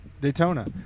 Daytona